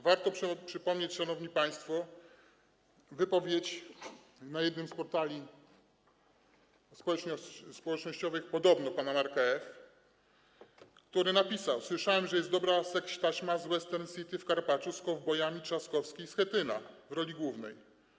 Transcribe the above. Warto przypomnieć, szanowni państwo, wypowiedź na jednym z portali społecznościowych podobno pana Marka F., który napisał: Słyszałem, że jest dobra sekstaśma z Western City w Karpaczu z kowbojami Trzaskowskim i Schetyną w roli głównej.